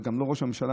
גם לא ראש הממשלה.